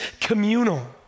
communal